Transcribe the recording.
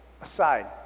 aside